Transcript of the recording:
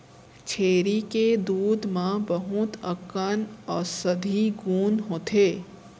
छेरी के दूद म बहुत अकन औसधी गुन होथे